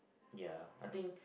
ya I think